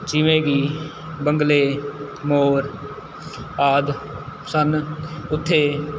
ਜਿਵੇਂ ਕਿ ਬਗਲੇ ਮੋਰ ਆਦਿ ਸਨ ਉੱਥੇ